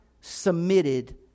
submitted